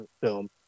film